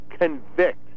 convict